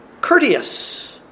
courteous